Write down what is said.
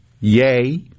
yay